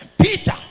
Peter